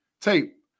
tape